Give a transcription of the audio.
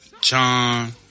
John